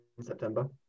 September